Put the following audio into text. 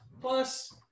Plus